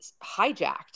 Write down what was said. hijacked